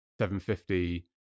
750